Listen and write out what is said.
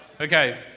Okay